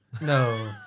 No